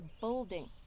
building